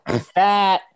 fat